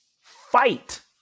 fight